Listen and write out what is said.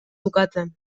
bukatzen